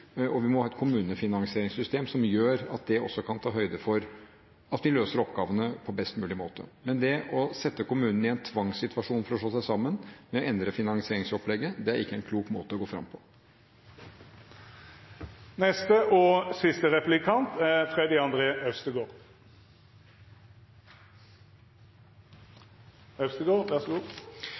og vi må ha et kommunefinansieringssystem som kan ta høyde for at vi løser oppgavene på best mulig måte. Men det å sette kommunene i en tvangssituasjon for å slå seg sammen ved å endre finansieringsopplegget er ikke en klok måte å gå fram på. Som representanten Gahr Støre er